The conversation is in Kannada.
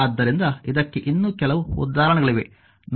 ಆದ್ದರಿಂದ ಇದಕ್ಕೆ ಇನ್ನೂ ಕೆಲವು ಉದಾಹರಣೆಗಳಿವೆ ನಾವು ನಂತರ ನೋಡೋಣ